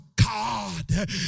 God